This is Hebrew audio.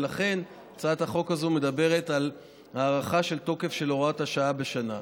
ולכן הצעת החוק הזאת מדברת על הארכה של תוקף הוראת השעה בשנה.